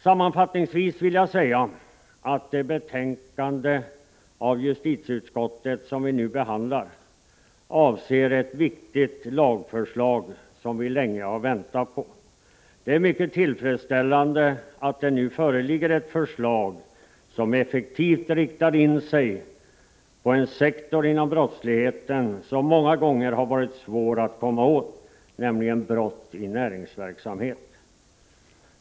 Sammanfattningsvis vill jag säga att det betänkande från justitieutskottet som vi nu behandlar avser ett viktigt lagförslag som vi länge har väntat på. Det är mycket tillfredsställande att det nu föreligger ett förslag, som effektivt riktar in sig på en sektor inom brottsligheten som många gånger har varit svår att komma åt, nämligen brott i näringsverksamhet.